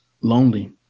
lonely